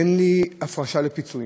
אין לי הפרשה לפיצויים,